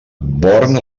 born